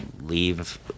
Leave